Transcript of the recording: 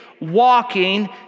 walking